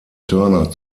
turner